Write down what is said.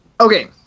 Okay